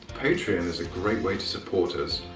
patreon is a great way to support us.